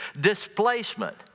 displacement